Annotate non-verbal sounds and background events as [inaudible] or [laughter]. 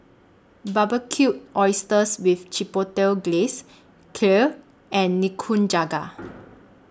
[noise] Barbecued Oysters with Chipotle Glaze Kheer and Nikujaga